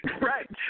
Right